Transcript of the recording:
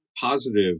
positive